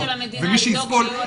תפקידה של המדינה לדאוג.